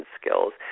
skills